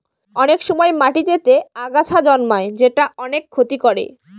অনেক সময় মাটিতেতে আগাছা জন্মায় যেটা অনেক ক্ষতি করে